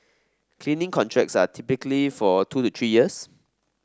cleaning contracts are typically for two three years